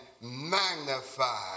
magnify